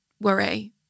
worry